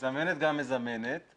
מזמנת גם מזמנת.